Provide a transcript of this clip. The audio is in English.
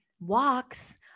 walks